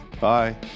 Bye